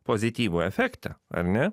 pozityvų efektą ar ne